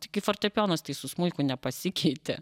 tai gi fortepijonas tai su smuiku nepasikeitė